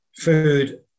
food